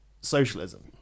socialism